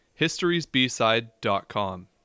historiesbside.com